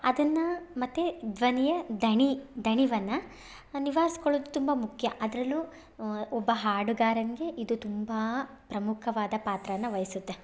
ಅದನ್ನು ಮತ್ತು ಧ್ವನಿಯ ದಣಿ ದಣಿವನ್ನು ನಿವಾರಿಸ್ಕೊಳ್ಳೋದು ತುಂಬ ಮುಖ್ಯ ಅದರಲ್ಲೂ ಒಬ್ಬ ಹಾಡುಗಾರನಿಗೆ ಇದು ತುಂಬ ಪ್ರಮುಖವಾದ ಪಾತ್ರವನ್ನು ವಹಿಸುತ್ತೆ